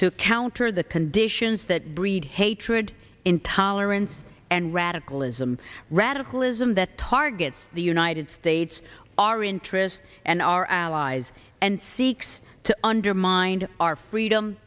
to counter the conditions that breed hatred intolerance and radicalism radicalism that targets the united states our interests and our allies and seeks to undermined our freedom